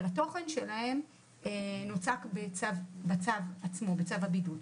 אבל התוכן שלהן נוצק בצו הבידוד עצמו.